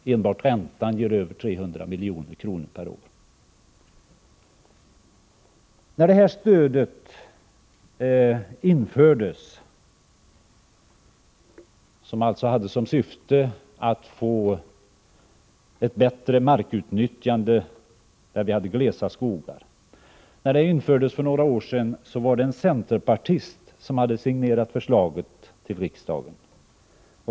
Enbart räntan ger över 300 000 milj.kr. per år. När det här stödet — som alltså hade till syfte att få ett bättre markutnyttjande där vi hade glesa skogar — infördes för några år sedan var det en centerpartist som hade signerat förslaget i riksdagen.